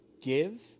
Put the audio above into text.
give